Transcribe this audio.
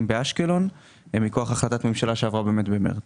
באשקלון ומכוח החלטת ממשלה שעברה במרס.